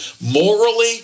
Morally